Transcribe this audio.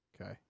Okay